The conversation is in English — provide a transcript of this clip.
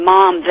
Mom